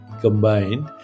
combined